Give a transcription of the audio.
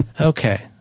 Okay